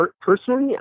personally